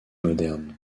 modernes